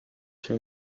się